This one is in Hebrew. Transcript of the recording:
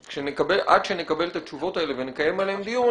שעד שנקבל את התשובות האלה ונקיים עליהן דיון,